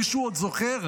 מישהו עוד זוכר?